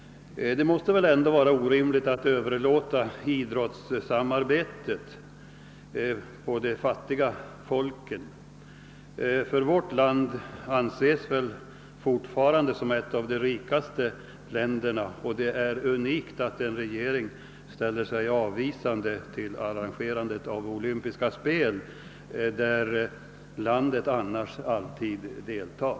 Det måste vara orimligt att överlåta idrottssamarbetet på de fattiga folken, när vårt land alltjämt anses som ett av de rikaste länderna, och det är unikt att en regering ställer sig avvisande till arrangerandet av olympiska spel, i vilka landet annars alltid deltar.